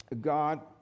God